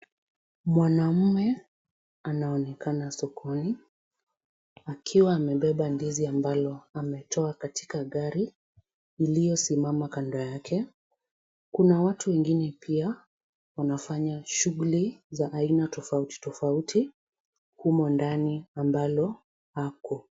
Mwanamume anaonekana sokoni akiwa amebeba ndizi ambayo ametoa katika gari lililosimama kando yake. Kuna watu wengine pia wanafanya shughuli za aina tofauti tofauti humo ndani ambapo ako.